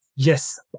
Yes